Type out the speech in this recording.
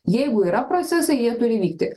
jeigu yra procesai jie turi vykti